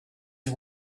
and